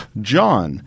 John